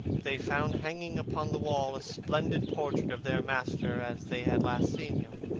they found hanging upon the wall a splendid portrait of their master as they had last seen him,